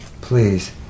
please